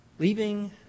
Leaving